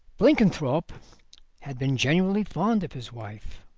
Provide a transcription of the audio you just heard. blenkinthrope had been genuinely fond of his wife,